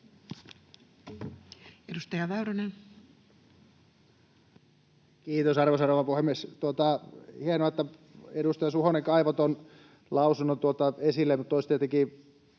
16:48 Content: Kiitos, arvoisa rouva puhemies! Hienoa, että edustaja Suhonen kaivoi tuon lausunnon esille, mutta olisi tietenkin